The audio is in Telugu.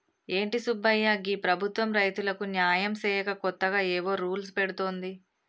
ఏంటి సుబ్బయ్య గీ ప్రభుత్వం రైతులకు న్యాయం సేయక కొత్తగా ఏవో రూల్స్ పెడుతోంది